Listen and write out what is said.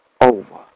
over